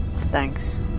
Thanks